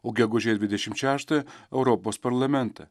o gegužės dvidešimt šeštąją europos parlamentą